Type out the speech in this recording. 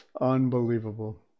Unbelievable